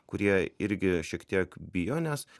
kurie irgi šiek tiek bijo nes